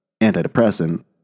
antidepressant